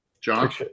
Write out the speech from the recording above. John